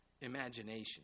imagination